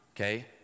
okay